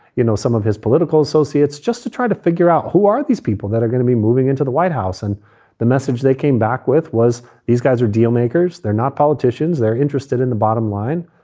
you know, some of his political associates just to try to figure out who are these people that are going to be moving into the white house. and the message they came back with was these guys are dealmakers. they're not politicians. they're interested in the bottom line.